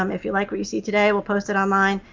um if you like what you see today, we'll post it online.